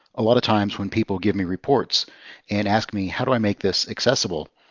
a lot of times when people give me reports and ask me, how do i make this accessible?